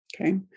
Okay